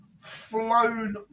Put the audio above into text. flown